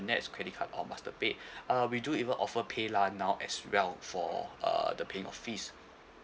nets credit card or master paid uh we do even offer paylah now as well for err the paying of fees